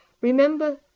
Remember